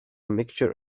mixture